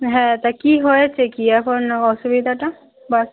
হ্যাঁ তা কী হয়েছে কী এখন অসুবিধাটা বা